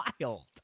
wild